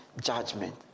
judgment